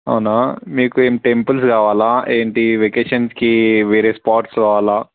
అవునా మీకు ఏం టెంపుల్స్ కావాలా ఏంటి వెకేషన్స్కి వేరే స్పాట్స్ కావాలా